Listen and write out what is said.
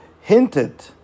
hinted